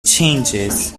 changes